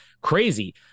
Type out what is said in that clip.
crazy